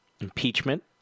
impeachment